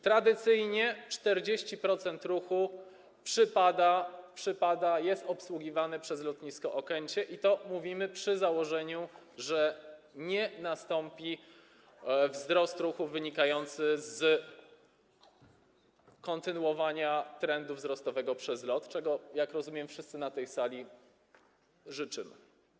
Tradycyjnie 40% ruchu jest obsługiwane przez lotnisko Okęcie, i to mówimy przy założeniu, że nie nastąpi wzrost ruchu wynikający z kontynuowania trendu wzrostowego przez LOT, czego - jak rozumiem - wszyscy na tej sali sobie życzymy.